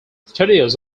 studios